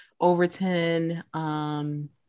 Overton